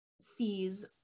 sees